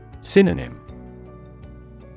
Synonym